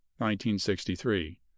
1963